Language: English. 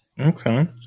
okay